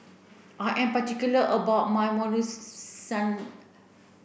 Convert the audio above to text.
I am particular about my